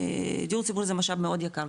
דיור ציבורי זה משאב מאוד יקר,